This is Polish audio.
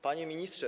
Panie Ministrze!